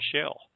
shell